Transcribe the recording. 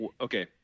Okay